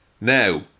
Now